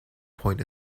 point